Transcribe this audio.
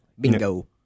Bingo